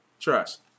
Trust